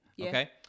Okay